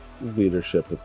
leadership